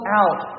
out